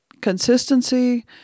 Consistency